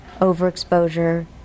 overexposure